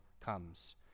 comes